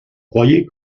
croyez